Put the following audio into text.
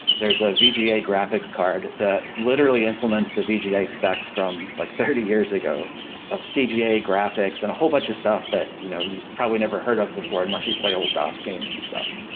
there's a vga graphics card that literally implements the vga spec from like from thirty years ago of cga graphics and a whole bunch of stuff that you know you probably never heard of before unless you play old dos games and stuff.